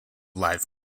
live